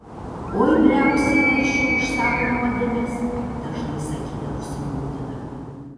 oi bliausi veršiu už savo nuodėmes dažnai sakydavusi motina